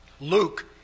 Luke